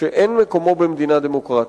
שאין מקומו במדינה דמוקרטית.